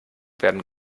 werden